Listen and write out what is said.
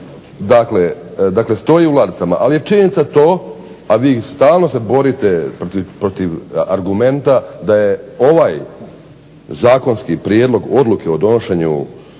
Dakle, stoji u ladicama. Ali je činjenica to a vi se stalno borite protiv argumenta da je ovaj zakonski prijedlog odluke o donošenju